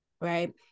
right